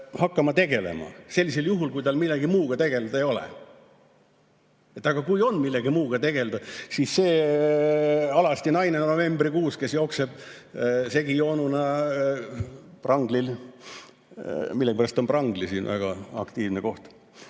hakkama tegelema, sellisel juhul, kui tal millegi muuga tegelda ei ole. Aga kui on millegi muuga tegelda, siis see alasti naine, kes novembrikuus jookseb segijoonuna Pranglil ... Millegipärast on Prangli siin väga aktiivne koht.